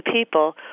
people